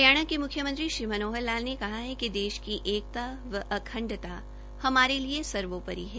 हरियाणा के म्ख्यमंत्री श्री मनोहर लाल ने कहा है कि देश की एकता व अखंडता हमारे लिये सर्वोपरि है